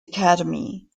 academy